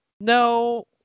No